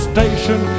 Station